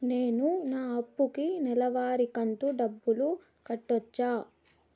నేను నా అప్పుకి నెలవారి కంతు డబ్బులు కట్టొచ్చా?